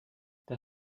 der